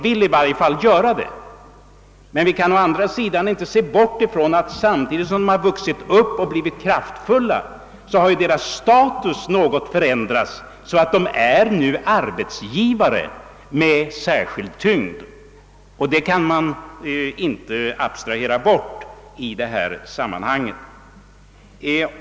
Vi kan dock samtidigt inte bortse ifrån att deras status har förändrats under framväxten, så att de nu är arbetsgivare med särskilt stort inflytande, något som inte kan abstraheras i detta sammanhang.